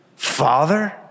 Father